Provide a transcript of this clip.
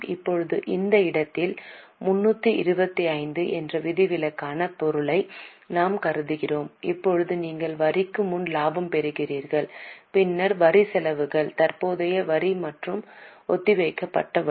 இப்போது இந்த கட்டத்தில் 325 என்ற விதிவிலக்கான பொருளை நாம் கருதுகிறோம் இப்போது நீங்கள் வரிக்கு முன் லாபம் பெறுகிறீர்கள் பின்னர் வரி செலவுகள் தற்போதைய வரி மற்றும் ஒத்திவைக்கப்பட்ட வரி